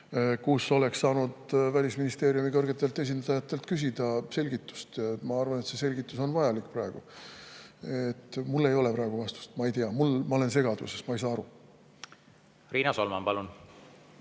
kus oleks saanud Välisministeeriumi kõrgetelt esindajatelt selgitust küsida. Ma arvan, et see selgitus on praegu vajalik. Mul ei ole praegu vastust, ma ei tea. Ma olen segaduses, ma ei saa aru. Riina Solman, palun!